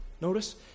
Notice